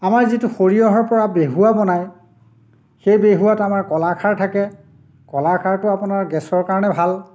আমাৰ যিটো সৰিয়হৰ পৰা বেহুৱা বনায় সেই বেহুৱাত আমাৰ কলাখাৰ থাকে কলাখাৰটো আপোনাৰ গেছৰ কাৰণে ভাল